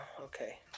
Okay